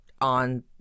on